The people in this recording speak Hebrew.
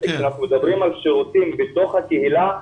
אנחנו מדברים על שירותים בתוך הקהילה,